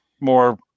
more